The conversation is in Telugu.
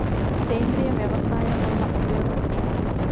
సేంద్రీయ వ్యవసాయం వల్ల ఉపయోగం ఏమిటి?